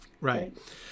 Right